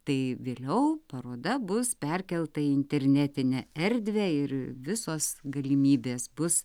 tai vėliau paroda bus perkelta į internetinę erdvę ir visos galimybės bus